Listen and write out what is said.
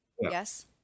yes